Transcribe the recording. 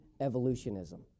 evolutionism